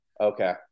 Okay